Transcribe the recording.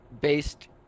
based